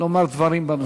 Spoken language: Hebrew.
לומר דברים בנושא.